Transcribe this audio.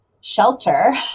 shelter